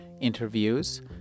interviews